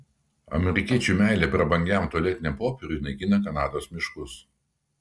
amerikiečių meilė prabangiam tualetiniam popieriui naikina kanados miškus